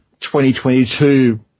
2022